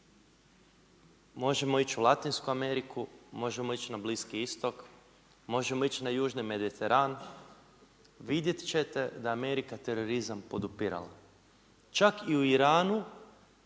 možemo ići u Latinsku Ameriku, možemo ići na Bliski Istok, možemo ići na Južni Mediteran, vidjet ćete da Amerika terorizam podupirala. Čak i u Iranu,